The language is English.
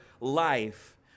life